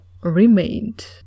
remained